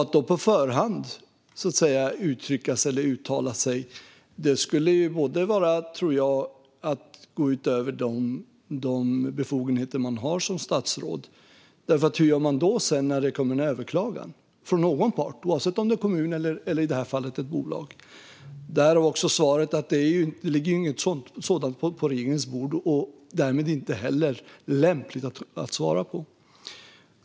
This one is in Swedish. Om jag på förhand uttalar mig om detta skulle jag gå utanför mina befogenheter som statsråd - för hur gör man om det sedan skulle komma en överklagan från någon part, oavsett om det handlar om en kommun eller ett bolag? Utifrån detta kom svaret om att det inte ligger något sådant på regeringens bord, och därmed är det heller inte lämpligt att svara på.